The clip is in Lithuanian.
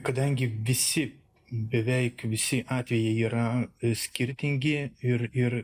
kadangi visi beveik visi atvejai yra skirtingi ir ir